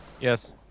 Yes